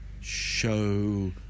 Show